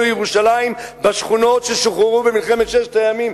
ירושלים בשכונות ששוחררו במלחמת ששת הימים,